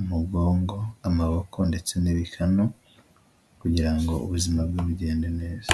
umugongo, amaboko ndetse n'ibikanu kugira ngo ubuzima bwe bugende neza.